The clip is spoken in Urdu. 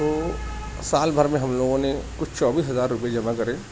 تو سال بھر میں ہم لوگوں نے کچھ چوبیس ہزار روپئے جمع کرے